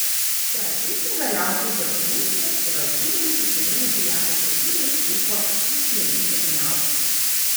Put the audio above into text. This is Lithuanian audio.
beatričė galiausiai pasimuistė ir alkūnėmis įsirėmusi jam į krūtinę ištrūko iš plieninių gniaužtų